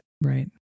Right